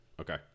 Okay